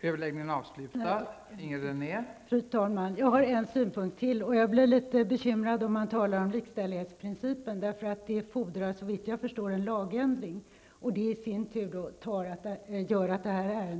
komma till rätta med det.